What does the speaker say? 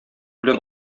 белән